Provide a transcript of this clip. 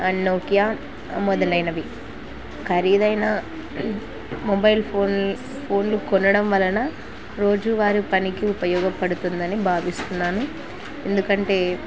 Nokia మొదలైనవి ఖరీదైన mobile phone ఫోన్లు కొనడం వలన రోజు వారు పనికి ఉపయోగపడుతుంది అని భావిస్తున్నాను ఎందుకంటే